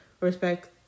respect